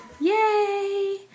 Yay